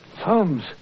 Holmes